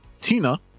tina